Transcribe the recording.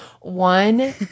one